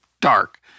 dark